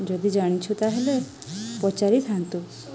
ଯଦି ଜାଣିଛୁ ତା'ହେଲେ ପଚାରିଥାନ୍ତୁ